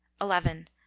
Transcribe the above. eleven